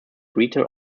retail